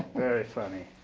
very funny.